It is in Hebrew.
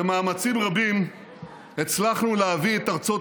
במאמצים רבים הצלחנו להביא את ארצות